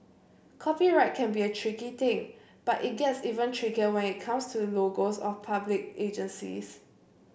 copyright can be a tricky thing but it gets even trickier when it comes to logos of public agencies